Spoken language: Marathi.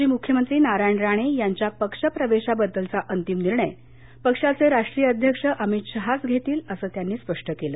माजी मुख्यमंत्री नारायण राणे यांच्या पक्ष प्रवेशाबद्दलचा अंतिम निर्णय पक्षाचे राष्ट्रीय अध्यक्ष अमित शहाच घेतील असं त्यांनी स्पष्ट केल